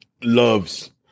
loves